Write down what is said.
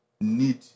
need